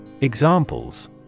Examples